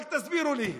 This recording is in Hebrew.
רק תסבירו לי,